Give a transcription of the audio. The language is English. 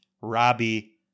Robbie